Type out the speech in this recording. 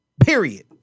Period